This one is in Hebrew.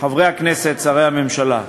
בתי-דין רבניים